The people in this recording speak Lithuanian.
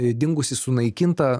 dingusį sunaikintą